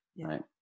right